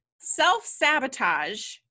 self-sabotage